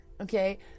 okay